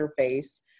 interface